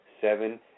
seven